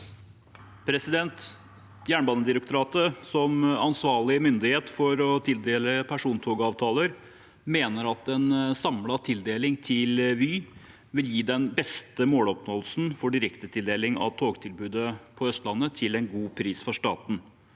Jernbanedi- rektoratet som ansvarlig myndighet for å tildele persontogavtaler mener at en samlet tildeling til Vy vil gi den beste måloppnåelsen for direktetildeling av togtilbudet på Østlandet til en god pris for staten.